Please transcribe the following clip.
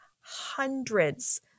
hundreds